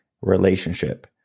relationship